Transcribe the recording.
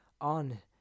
on